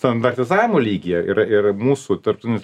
standartizavimo lygyje yra ir mūsų tarptautinis